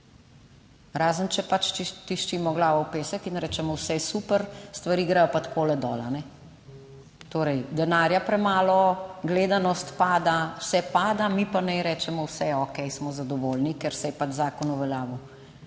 Razen, če pač tiščimo glavo v pesek in rečemo, vse je super, stvari gredo pa takole dol. Torej denarja premalo, gledanost pada, vse pada, mi pa naj rečemo vse okej, smo zadovoljni, ker se je pač zakon uveljavil,